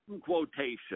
quotation